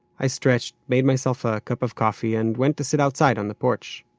i stretched, made myself a cup of coffee and went to sit outside on the porch.